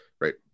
right